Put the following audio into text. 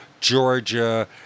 Georgia